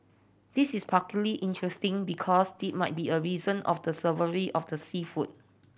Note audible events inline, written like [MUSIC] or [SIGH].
this is [UNINTELLIGIBLE] interesting because this might be a reason of the savoury of the seafood